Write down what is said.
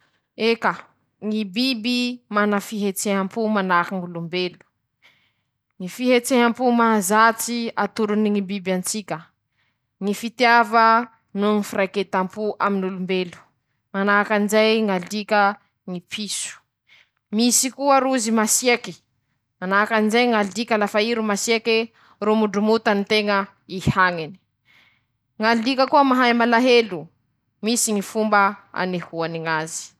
<...>Ndreto aby ñy toetsy tsy manam-paharoe e anañany ñy lambon-driaky: -Manahaky anizao ñy fandriany aminy ñy siky, -Ñy fomba fiarovany ñ'ainy lafa misy ñy fanafiha mahazo azy, -Manahaky anizao koa ñy fihetsike fipetrahany aminy ñy tany, -Aminy ñy fomba fisakafoanany koa lafa matoñaly, -Ñy lambon-driake biby mila hany aminy ñ'andro haly.